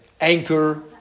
anchor